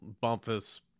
Bumpus